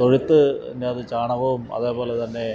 തൊഴുത്ത് ഇതിൻ്റെ അകത്ത് ചാണകവും അതേപോലെതന്നെ